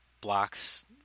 blocks